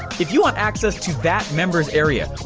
if you want access to that members area,